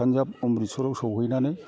पानजाब अमृतशराव सौहैनानै